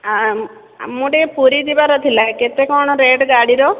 ମୁଁ ଟିକେ ପୁରୀ ଯିବାର ଥିଲା କେତେ କ'ଣ ରେଟ୍ ଗାଡ଼ି ର